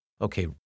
Okay